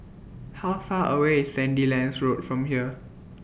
How Far away IS Sandilands Road from here